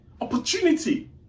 opportunity